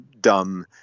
dumb